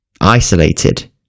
isolated